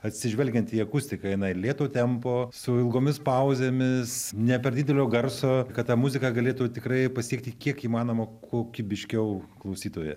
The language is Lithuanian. atsižvelgiant į akustiką jinai lėto tempo su ilgomis pauzėmis ne per didelio garso kad ta muzika galėtų tikrai pasiekti kiek įmanoma kokybiškiau klausytoją